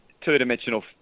two-dimensional